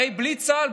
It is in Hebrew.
הרי בלי צה"ל,